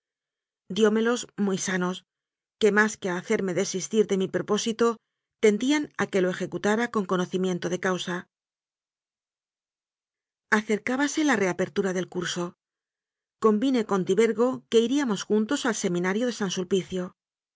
sus consejos diómelos muy sanos que más que a hacerme desistir de mi propósito tendían a que lo ejecutara con conoci miento de causa acercábase la reapertura del curso convine con tibergo que iríamos juntos al seminario de san sulpicio